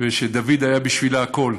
ושדוד היה בשבילה הכול,